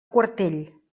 quartell